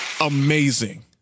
amazing